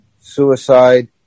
suicide